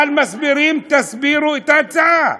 אבל מסבירים, תסבירו את ההצעה.